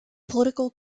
political